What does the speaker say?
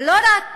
זה לא רק